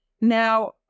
Now